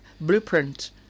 blueprint